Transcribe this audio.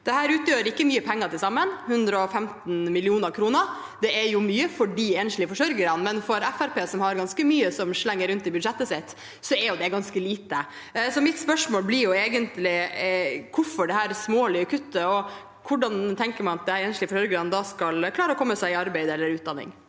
Dette utgjør ikke mye penger til sammen, 115 mill. kr. Det er mye for de enslige forsørgerne, men for Fremskrittspartiet, som har ganske mye som slenger rundt i budsjettet sitt, er det ganske lite. Så mitt spørsmål blir egentlig: Hvorfor dette smålige kuttet og hvordan tenker man at de enslige forsørgerne da skal klare å komme seg i arbeid eller utdanning?